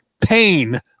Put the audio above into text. pain